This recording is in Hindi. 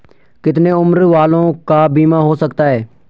कितने उम्र वालों का बीमा हो सकता है?